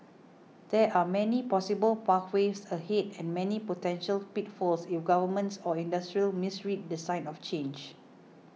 there are many possible pathways ahead and many potential pitfalls if governments or industry misread the signs of change